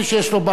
בידידות,